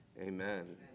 Amen